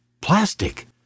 plastic